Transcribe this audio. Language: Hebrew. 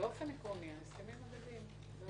באופן עקרוני ההסכמים הם הדדיים.